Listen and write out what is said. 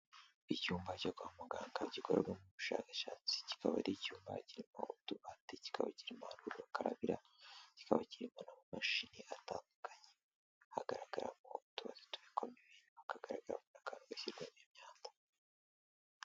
Icyumba cyo kwa muganga gikorerwamo ubushakashatsi. Kikaba ari icyumba kirimo utubati, kikaba kirimo aho gukarabira, kikaba kirimo amamashini atandukanye. Hagaragaramo utubati tubikwamo ibintu, hakagaragaramo n'akantu kabikwamo imyanda.